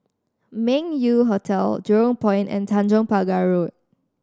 Meng Yew Hotel Jurong Point and Tanjong Pagar Road